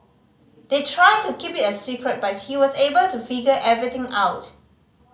they tried to keep it a secret but he was able to figure everything out